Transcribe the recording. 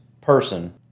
person